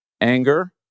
Anger